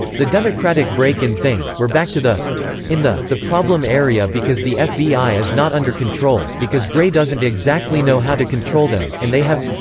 the democratic break-in thing, we're back to the in the, the problem area because the fbi is not under control, because gray doesn't exactly know how to control them, and they have.